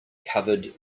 covered